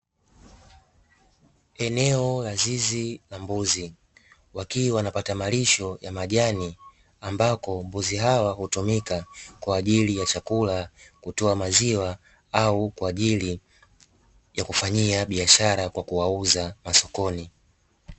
Eneo la zizi la mbuzi wakiwa wanapata malisho ya majani ambako mbuzi hao hutumika kwa ajili ya chakula, kutoa maziwa au kwa ajili ya kufanyia biashara kwa kuwauza masokoni.